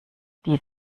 die